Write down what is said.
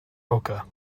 oka